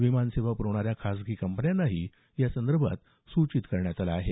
विमानसेवा पुरवणाऱ्या खासगी कंपन्यांनाही यासंदर्भात सूचित करण्यात आलं आहे